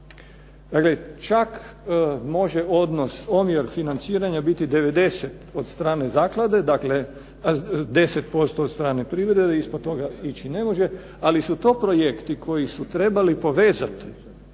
Dakle, čak može odnos omjer financiranja biti 90 od strane zaklade, dakle 10% od strane privrede, ispod toga ići ne može, ali su to projekti koji su trebali povezati